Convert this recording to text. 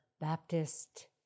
Baptist